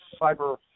cyber